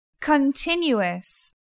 continuous